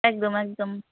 একদম একদম